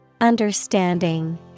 Understanding